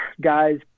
guys